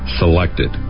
selected